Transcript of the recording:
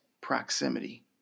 proximity